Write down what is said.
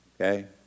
Okay